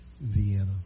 Vienna